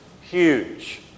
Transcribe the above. huge